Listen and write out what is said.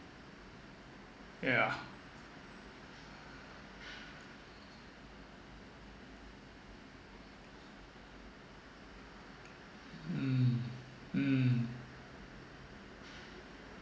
yeah mm mm